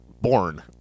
born